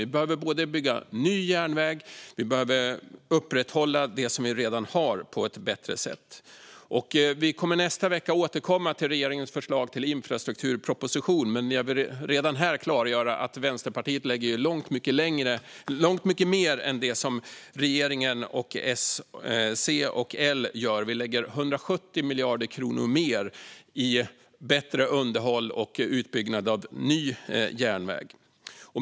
Vi behöver både bygga ny järnväg och upprätthålla den som vi redan har på ett bättre sätt. Vi kommer nästa vecka att återkomma till regeringens förslag till infrastrukturproposition, men jag vill redan här klargöra att Vänsterpartiet lägger långt mycket mer än det som regeringen, C och L gör. Vänsterpartiet lägger 170 miljarder kronor mer till bättre underhåll och utbyggnad av ny järnväg.